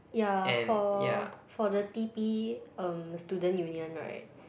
yeah for for the T_P um student union right